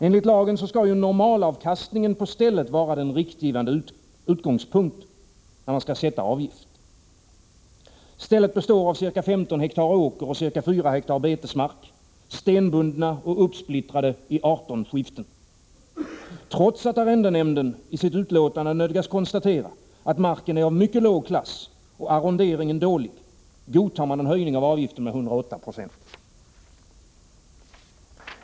Enligt lagen skall normalavkastningen på stället vara det riktgivande när man skall sätta avgift. Stället består av ca 15 ha åker och ca 4 ha betesmark, stenbundna och uppsplittrade i 18 skiften. Trots att arrendenämnden i sitt utlåtande nödgas konstatera att marken är av mycket låg klass och arronderingen dålig, godtar man en höjning av avgiften med 108 96.